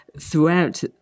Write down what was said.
throughout